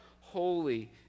holy